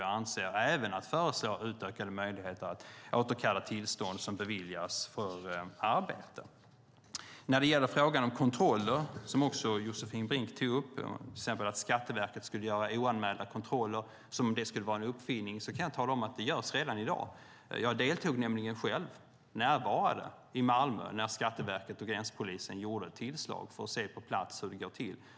Jag avser även att föreslå utökade möjligheter att återkalla tillstånd som beviljats för arbete. När det gäller frågan om kontroller, som också Josefin Brink tog upp, till exempel att Skatteverket skulle göra oanmälda kontroller - som om det skulle vara någon ny uppfinning - kan jag tala om att det görs redan i dag. Jag var själv närvarande när Skatteverket och gränspolisen gjorde ett tillslag i Malmö för att jag på plats skulle se hur det går till.